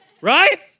Right